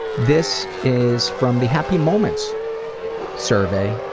this is from the happy moments survey,